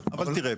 אבל תראה,